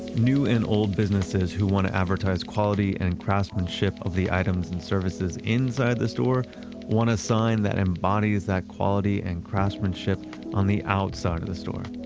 new and old businesses who want to advertise quality and and craftsmanship of the items and services inside the store want to sign that embodies that quality and craftsmanship on the outside of the store.